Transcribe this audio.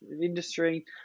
industry